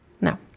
No